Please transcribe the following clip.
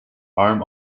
arm